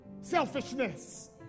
selfishness